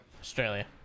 Australia